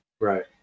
Right